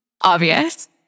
obvious